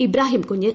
ഇബ്രാഹിം കുഞ്ഞ്